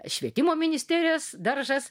švietimo ministerijos daržas